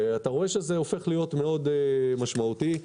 אתה רואה שזה הופך להיות משמעותי מאוד.